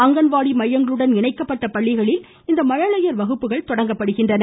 அங்கன்வாடி மையங்களுடன் இணைக்கப்பட்ட பள்ளிகளில் இந்த மழலையா் வகுப்புகள் தொடங்கப்படுகின்றன